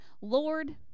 Lord